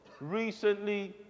recently